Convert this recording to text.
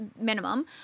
minimum